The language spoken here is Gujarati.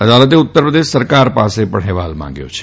અદાલતે ઉત્તરપ્રદેશ સરકાર પાસે પણ અહેવાલ માંગ્યો છે